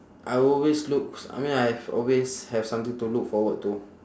I will always look I mean I've always have something to look forward to